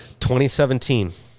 2017